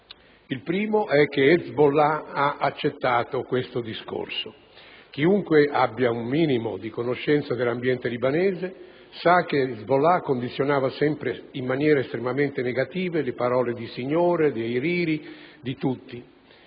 Il primo punto è che Hezbollah ha accettato questo discorso. Chiunque abbia una minima conoscenza dell'ambiente libanese sa che Hezbollah condizionava sempre in maniera estremamente negativa le parole di Siniora, di Hariri e di